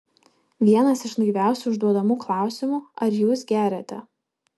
vienas iš naiviausių užduodamų klausimų ar jūs geriate